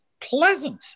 pleasant